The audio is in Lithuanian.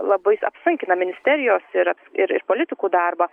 labai apsunkina ministerijos ir ir ir politikų darbą